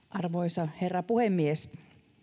arvoisa herra puhemies